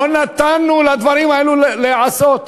לא נתנו לדברים האלה להיעשות.